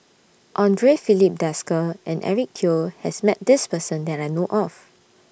Andre Filipe Desker and Eric Teo has Met This Person that I know of